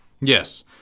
yes